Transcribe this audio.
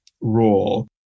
role